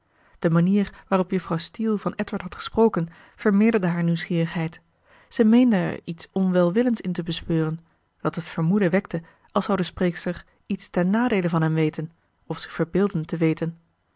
de manier waarop juffrouw steele van edward had gesproken vermeerderde haar nieuwsgierigheid zij meende er iets onwelwillends in te bespeuren dat het vermoeden wekte als zou de spreekster iets ten nadeele van hem weten of zich verbeelden te weten